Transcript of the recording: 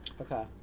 Okay